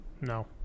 no